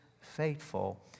faithful